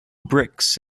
bricks